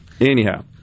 Anyhow